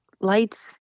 lights